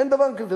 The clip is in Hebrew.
אין דבר כזה.